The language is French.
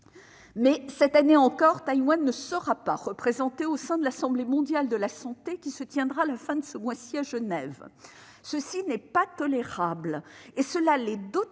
Mais cette année encore, Taïwan ne sera pas représentée au sein de l'Assemblée mondiale de la santé qui se tiendra à la fin de ce mois à Genève. Ce n'est pas tolérable, d'autant